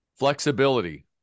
flexibility